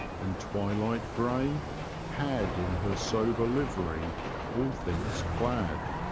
and twilight gray had in her sober liv'ry all things clad.